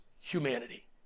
humanity